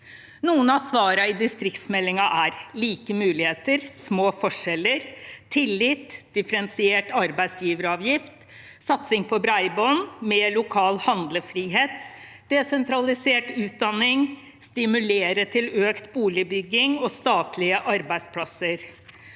Noen av svarene i distriktsmeldingen er like muligheter, små forskjeller, tillit, differensiert arbeidsgiveravgift, satsing på bredbånd, mer lokal handlefrihet, desentralisert utdanning, stimulere til økt boligbygging og statlige arbeidsplasser.